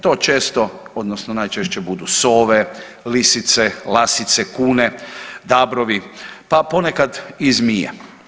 To često odnosno najčešće budu sove, lisice, lasice, kune, dabrovi, pa ponekad i zmije.